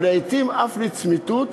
ולעתים אף לצמיתות,